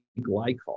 glycol